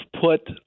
put